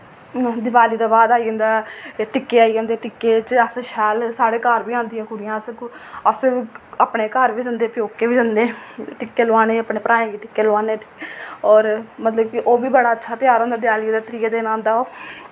दिवाली दे बाद आई जंदा ए टिक्के आई जंदे टिक्के च अस शैल साढ़े घर बी आंदियां कुड़ियां अस कु अस अपने घर बी जंदे प्योके बी जंदे टिक्के लोआने अपने भ्राएं गी टिक्के लोआने और मतलब कि ओह् बी बड़ा अच्छा तेहार होंदा देआली दे त्रिये दिन औंदा ओ